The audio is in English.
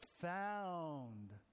found